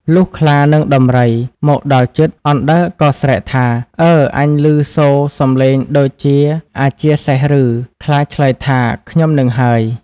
លុះខ្លា និងដំរីដើរមកដល់ជិត អណ្ដើកក៏ស្រែកថា៖ "អើ អញឮសូរសម្លេងដូចជាអាជាសេះឬ?" ខ្លាឆ្លើយថា៖ "ខ្ញុំហ្នឹងហើយ"។